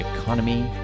economy